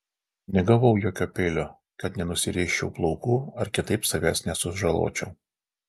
negavau jokio peilio kad nenusirėžčiau plaukų ar kitaip savęs nesužaločiau